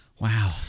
Wow